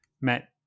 met